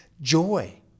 joy